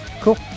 Cool